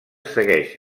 segueix